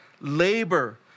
Labor